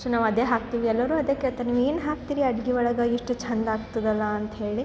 so ನಾವು ಅದೇ ಹಾಕ್ತೀವಿ ಎಲ್ಲರೂ ಅದೇ ಕೇಳ್ತಾರೆ ನೀವು ಏನು ಹಾಕ್ತೀರಿ ಅಡ್ಗೆ ಒಳಗೆ ಇಷ್ಟು ಚಂದಾಗ್ತದಲ್ಲ ಅಂತ ಹೇಳಿ